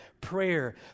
prayer